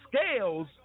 scales